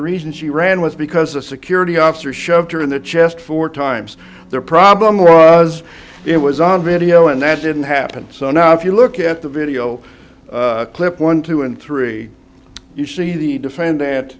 reason she ran was because a security officer shoved her in the chest four times the problem was it was on video and that didn't happen so now if you look at the video clip one two and three you see the defendant